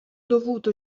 dovuto